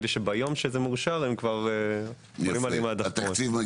כדי שביום שזה יאושר הם כבר מעלים --- מאיפה מגיע התקציב?